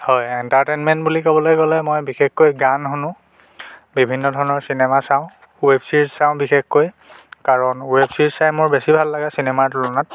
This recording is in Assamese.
হয় এণ্টাৰটেইনমেণ্ট বুলি কবলৈ গ'লে মই বিশেষকৈ গান শুনো বিভিন্ন ধৰণৰ চিনেমা চাওঁ ৱেব ছিৰিজ চাওঁ বিশেষকৈ কাৰণ ৱেব ছিৰিজ চাই মোৰ বেছি ভাল লাগে চিনেমাৰ তুলনাত